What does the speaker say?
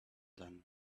done